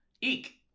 Eek